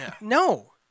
No